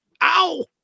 Ow